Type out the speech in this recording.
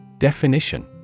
Definition